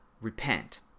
repent